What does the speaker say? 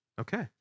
okay